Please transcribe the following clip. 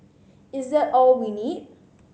is that all we need